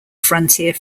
frontier